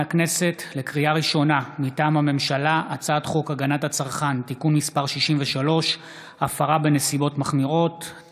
הכנסת 8 מזכיר הכנסת דן מרזוק: 8 שאילתות דחופות 8